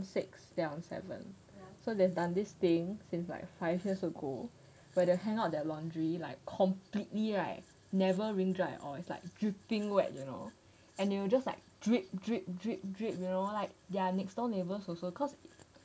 I am on six they are on seven so they've done this thing since like five years ago where they hang out their laundry like completely right never bring dry at all it's like freaking wet you know and it will just like drip drip drip drip you know like their next door neighbours also cause